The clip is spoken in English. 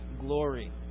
glory